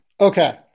Okay